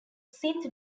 synth